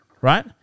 right